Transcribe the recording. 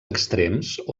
extrems